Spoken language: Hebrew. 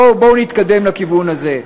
בואו נתקדם לכיוון הזה.